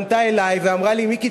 פנתה אלי ואמרה: מיקי,